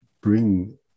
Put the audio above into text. bring